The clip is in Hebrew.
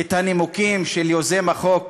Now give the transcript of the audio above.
את הנימוקים של יוזם החוק